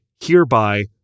hereby